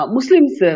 Muslims